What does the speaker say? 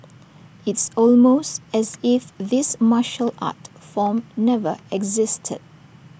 it's almost as if this martial art form never existed